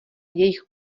jejich